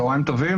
צוהריים טובים,